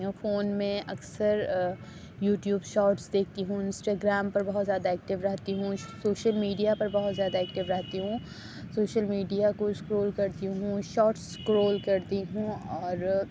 phone میں اکثر YouTube shorts دیکھتی ہوں انسٹا گرام پر بہت زیادہ ایکٹیو رہتی ہوں سوشل میڈیا پر بہت زیادہ ایکٹیو رہتی ہوں سوشل میڈیا کو اسکرول کرتی ہوں شارٹس اسکرول کرتی ہوں اور